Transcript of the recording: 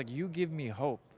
you give me hope.